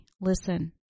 listen